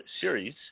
series